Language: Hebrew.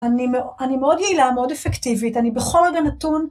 אני מאוד יעילה, מאוד אפקטיבית, אני בכל רגע נתון.